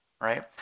right